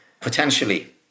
potentially